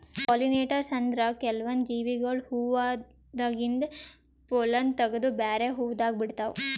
pollinators ಅಂದ್ರ ಕೆಲ್ವನ್ದ್ ಜೀವಿಗೊಳ್ ಹೂವಾದಾಗಿಂದ್ ಪೊಲ್ಲನ್ ತಗದು ಬ್ಯಾರೆ ಹೂವಾದಾಗ ಬಿಡ್ತಾವ್